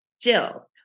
Jill